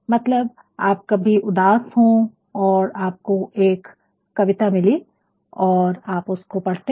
मतलब आप कभी उदास हो और आपको एक कविता मिलती है और आप उसको पढ़ते है